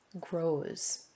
grows